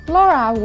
Laura